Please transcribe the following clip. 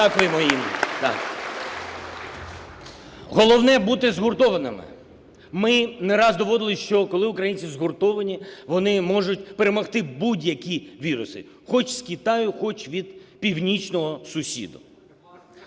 Головне - бути згуртованими. Ми не раз доводили, що коли українці згуртовані, вони можуть перемогти будь-які віруси, хоч з Китаю, хоч від північного сусіда.